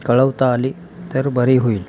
कळवता आले तर बरे होईल